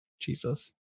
Jesus